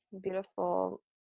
beautiful